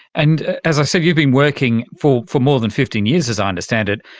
and as i said, you've been working for for more than fifteen years, as i understand it,